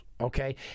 okay